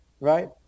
right